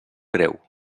greu